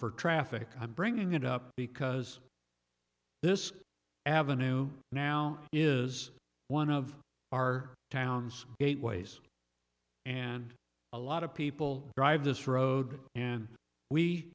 for traffic i'm bringing it up because this avenue now is one of our towns gateways and a lot of people drive this road and we